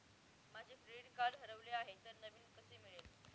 माझे credit card हरवले आहे तर नवीन कसे मिळेल?